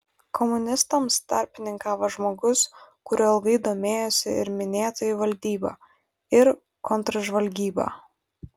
komunistams tarpininkavo žmogus kuriuo ilgai domėjosi ir minėtoji valdyba ir kontržvalgyba